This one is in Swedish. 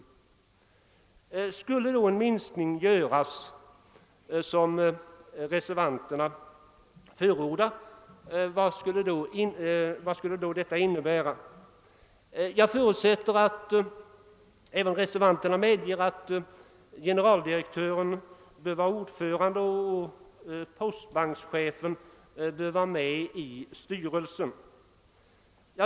Vad skulle då en sådan minskning som reservanterna förordar innebära? Jag förutsätter att även reservanterna anser att generaldirektören skall vara ordförande och att postbankschefen bör sitta med i styrelsen.